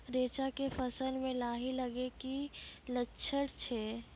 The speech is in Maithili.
रैचा के फसल मे लाही लगे के की लक्छण छै?